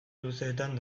luzeetan